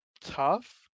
tough